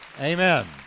Amen